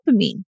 dopamine